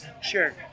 sure